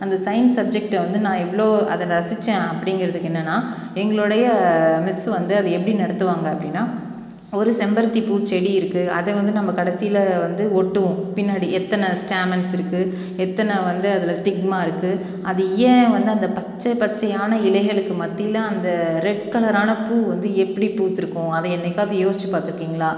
அந்த சயின்ஸ் சப்ஜெக்ட்டில் வந்து நான் எவ்வளோ அதை ரசித்தேன் அப்படிங்கறதுக்கு என்னென்னா எங்களுடைய மிஸ்ஸு வந்து அது எப்படி நடத்துவாங்க அப்படின்னா ஒரு செம்பருத்தி பூச்செடி இருக்குது அதை வந்து நம்ம கடைசியில் வந்து ஒட்டுவோம் பின்னாடி எத்தனை ஸ்டேமன்ஸ் இருக்குது எத்தனை வந்து அதில் ஸ்டிக்மா இருக்குது அது ஏன் வந்து அந்த பச்சை பச்சையான இலைகளுக்கு மத்தியில் அந்த ரெட் கலரான பூ வந்து எப்படி பூத்திருக்கும் அதை என்றைக்காவது யோசித்து பார்த்துருக்கீங்களா